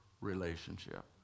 relationship